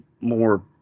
more